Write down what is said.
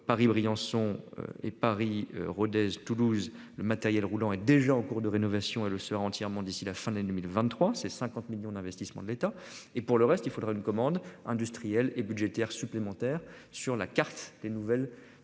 Paris-, Briançon et Paris-Rodez-. Toulouse le matériel roulant et déjà en cours de rénovation et le sera entièrement d'ici la fin de l'année 2023, ces 50 millions d'investissement de l'État et pour le reste, il faudra une commande industriels et budgétaires supplémentaires sur la carte des nouvelles